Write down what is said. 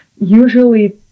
usually